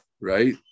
right